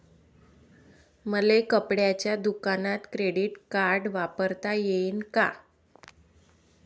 मले कपड्याच्या दुकानात क्रेडिट कार्ड वापरता येईन का?